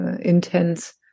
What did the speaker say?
intense